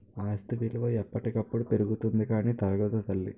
ఆస్తి విలువ ఎప్పటికప్పుడు పెరుగుతుంది కానీ తరగదు తల్లీ